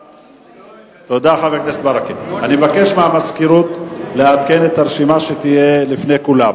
אני מבקש מהמזכירות לעדכן את הרשימה שתהיה לפני כולם.